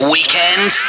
Weekend